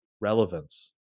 relevance